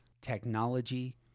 technology